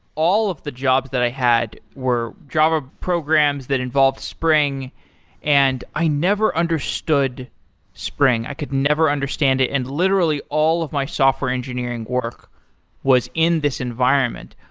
all of the jobs that i had were java programs that involved spring and i never understood spring. i could never understand it. and literally, all of my software engineering work was in this environment.